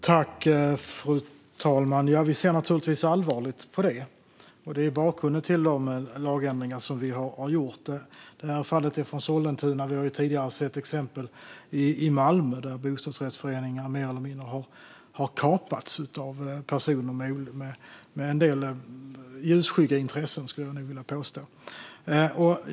Fru talman! Vi ser naturligtvis allvarligt på det, och det är bakgrunden till de lagändringar vi har gjort. Det här fallet är från Sollentuna, och vi har tidigare sett exempel i Malmö där bostadsrättsföreningar har mer eller mindre kapats av personer med en del ljusskygga, skulle jag nog vilja påstå, intressen.